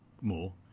more